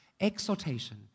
exhortation